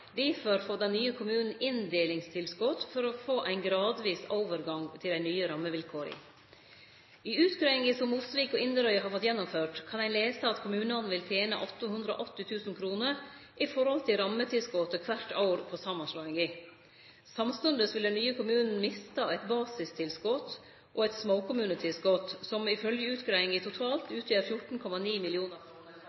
Difor får den nye kommunen inndelingstilskot for å få ein gradvis overgang til dei nye rammevilkåra. I utgreiinga som Mosvik og Inderøy har fått gjennomført, kan ein lese at kommunane vil tene 880 000 kr i forhold til rammetilskotet kvart år på samanslåinga. Samstundes vil den nye kommunen miste eit basistilskot og eit småkommunetilskot, som ifølgje utgreiinga totalt